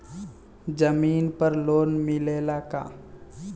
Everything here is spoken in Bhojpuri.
जमीन पर लोन मिलेला का?